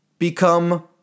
become